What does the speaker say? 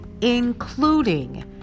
including